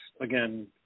again